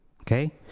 okay